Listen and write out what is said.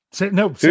no